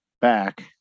back